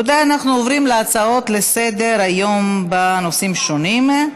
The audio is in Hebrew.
אנחנו עוברים להצעות לסדר-היום בנושאים שונים.